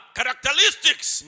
characteristics